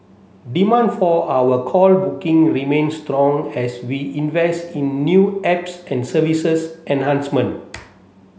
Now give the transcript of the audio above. demand for our call booking remains strong as we invest in new apps and services enhancement